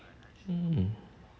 hmm